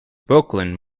brooklyn